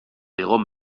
egon